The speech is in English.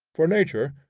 for nature,